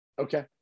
Okay